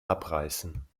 abreißen